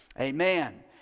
Amen